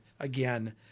Again